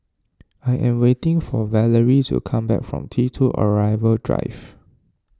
I am waiting for Valery to come back from T two Arrival Drive